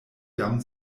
jam